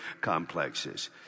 complexes